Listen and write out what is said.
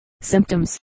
Symptoms